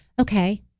okay